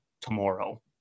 tomorrow